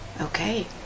okay